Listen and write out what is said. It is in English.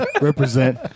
Represent